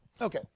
Okay